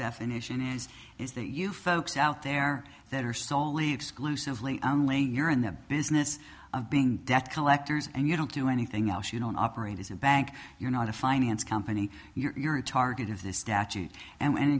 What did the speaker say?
definition is is that you folks out there that are solely exclusively and laying you're in the business of being debt collectors and you don't do anything else you don't operate as a bank you're not a finance company you're a target of this statute and